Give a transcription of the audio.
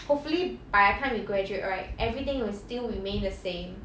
hopefully by the time we graduate right everything will still remain the same